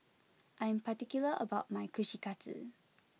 I am particular about my Kushikatsu